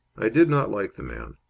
i did not like the man.